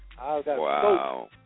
Wow